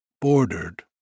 bordered